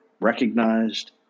recognized